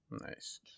Nice